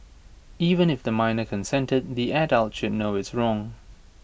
even if the minor consented the adult should know it's wrong